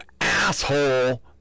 asshole